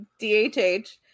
DHH